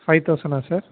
five தவுசண்ட்னா sir